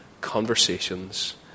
conversations